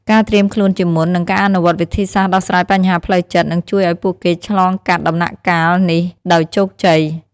ការត្រៀមខ្លួនជាមុន និងការអនុវត្តវិធីសាស្រ្តដោះស្រាយបញ្ហាផ្លូវចិត្ត នឹងជួយឲ្យពួកគេឆ្លងកាត់ដំណាក់កាលនេះដោយជោគជ័យ។